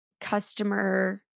customer